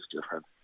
different